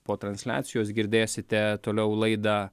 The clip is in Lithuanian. po transliacijos girdėsite toliau laidą